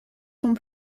sont